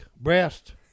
breast